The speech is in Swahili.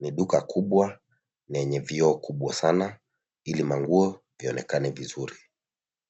Ni duka kubwa lenye vioo kubwa sana ili manguo yaonekane vizuri.